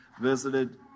visited